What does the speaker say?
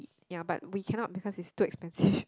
ya but we cannot because is too expensive